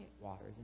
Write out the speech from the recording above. waters